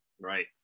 Right